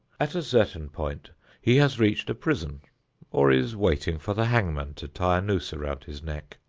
at a certain point he has reached a prison or is waiting for the hangman to tie a noose around his neck.